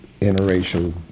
interracial